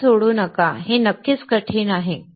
जीवन सोडू नका हे नक्कीच कठीण आहे